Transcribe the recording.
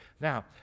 Now